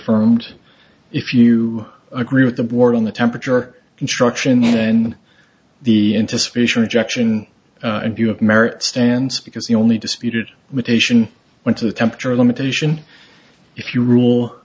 firmed if you agree with the board on the temperature construction and the anticipation objection and you have merit stands because the only disputed imitation went to the tempter limitation if you rule